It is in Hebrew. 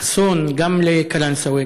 אסון גם לקלנסואה,